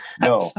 no